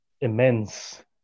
immense